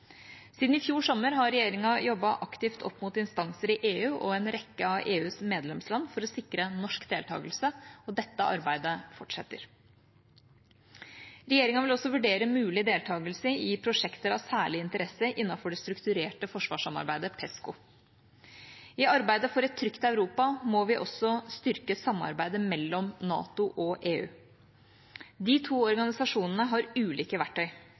Siden i fjor sommer har regjeringa jobbet aktivt opp mot instanser i EU og en rekke av EUs medlemsland for å sikre norsk deltakelse. Dette arbeidet fortsetter. Regjeringa vil også vurdere mulig deltakelse i prosjekter av særlig interesse innenfor det strukturerte forsvarssamarbeidet Pesco. I arbeidet for et trygt Europa må vi også styrke samarbeidet mellom NATO og EU. De to organisasjonene har ulike verktøy.